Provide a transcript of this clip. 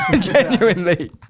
Genuinely